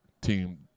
team